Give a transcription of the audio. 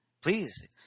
Please